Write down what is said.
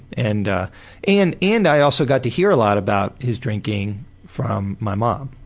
and ah and and i also got to hear a lot about his drinking from my mom.